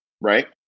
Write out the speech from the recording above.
right